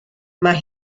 mae